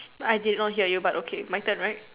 I did not hear you but okay my turn right